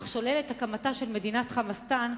אך שולל את הקמתה של מדינת "חמאסטן"